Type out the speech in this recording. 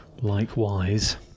Likewise